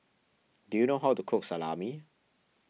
do you know how to cook Salami